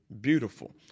beautiful